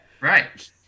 Right